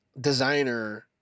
designer